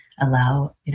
allow